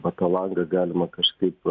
o tą langą galima kažkaip